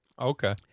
Okay